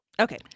Okay